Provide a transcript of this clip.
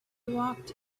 walked